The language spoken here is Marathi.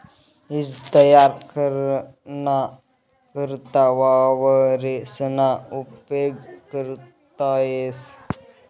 ईज तयार कराना करता वावरेसना उपेग करता येस